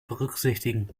berücksichtigen